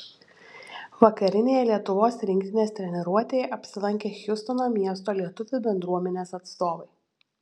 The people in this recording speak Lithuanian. vakarinėje lietuvos rinktinės treniruotėje apsilankė hjustono miesto lietuvių bendruomenės atstovai